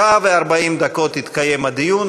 שעה ו-40 דקות יתקיים הדיון.